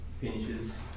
finishes